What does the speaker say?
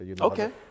Okay